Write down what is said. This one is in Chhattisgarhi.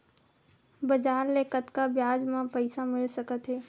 बजार ले कतका ब्याज म पईसा मिल सकत हे?